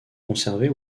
conservés